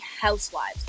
housewives